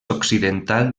occidental